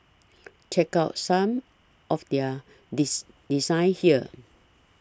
check out some of their dis designs here